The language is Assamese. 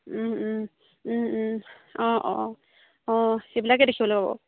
অঁ অঁ অঁ সেইবিলাকে দেখিবলৈ পাব